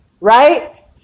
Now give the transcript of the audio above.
Right